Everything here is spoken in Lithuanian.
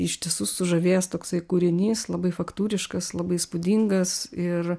ištisus sužavėjęs toksai kūrinys labai faktūriškas labai įspūdingas ir